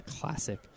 Classic